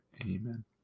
Amen